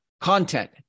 content